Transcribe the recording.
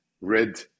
red